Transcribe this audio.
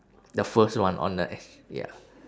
the first one on the ex~ ya